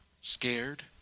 scared